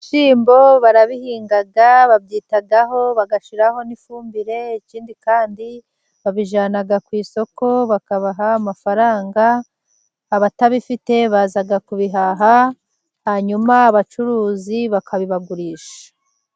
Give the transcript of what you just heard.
Ibishyimbo barabihinga, babyitaho, bagashiraho n'ifumbire, ikindi kandi babijyana ku isoko bakabaha amafaranga, abatabifite baza kubihaha, hanyuma abacuruzi bakabibagurisha.